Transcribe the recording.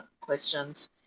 questions